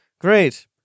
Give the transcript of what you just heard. great